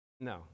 No